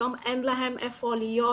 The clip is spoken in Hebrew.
היום אין להם איפה להיות,